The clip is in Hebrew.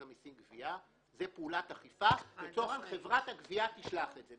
המיסים (גבייה) זה פעולת אכיפה וצריך שחברת הגבייה תשלח את זה.